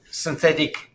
synthetic